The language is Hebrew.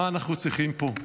מה אנחנו צריכים פה?